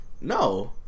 No